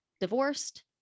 divorced